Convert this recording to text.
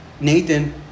Nathan